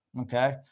Okay